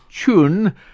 tune